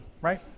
right